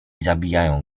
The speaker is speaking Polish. zabijają